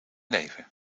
leven